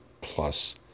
plus